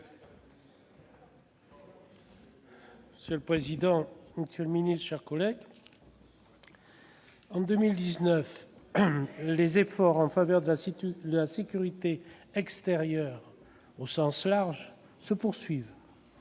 Monsieur le président, monsieur le ministre, mes chers collègues, en 2019, les efforts en faveur de la sécurité extérieure au sens large se poursuivent.